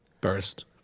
Burst